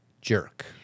jerk